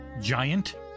Giant